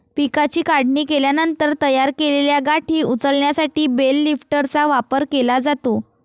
पिकाची काढणी केल्यानंतर तयार केलेल्या गाठी उचलण्यासाठी बेल लिफ्टरचा वापर केला जातो